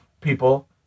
people